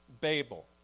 Babel